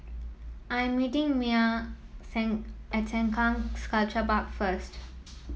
I am meeting Myah at Sengkang Sculpture Park first